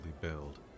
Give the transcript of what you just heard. build